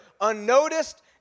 Unnoticed